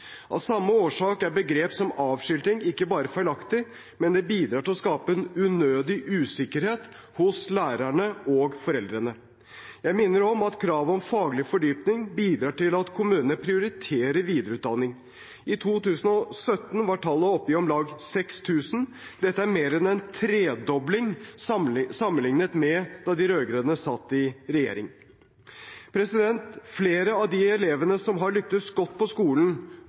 Av samme årsak er begrep som «avskilting» ikke bare feilaktige, de bidrar til å skape en unødig usikkerhet hos lærerne og foreldrene. Jeg minner om at kravet om faglig fordypning bidrar til at kommunene prioriterer videreutdanning. I 2017 var tallet oppe i om lag 6 000. Dette er mer enn en tredobling sammenlignet med da de rød-grønne satt i regjering. Flere av de elevene som har lyktes godt på skolen,